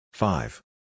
Five